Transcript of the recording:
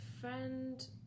friend